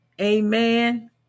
Amen